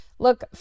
Look